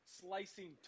slicing